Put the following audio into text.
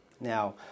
Now